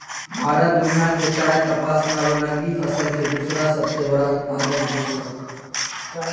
भारत दुनिया के चाय, कपास आरो नगदी फसल के दूसरा सबसे बड़ा उत्पादक देश हई